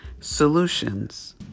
solutions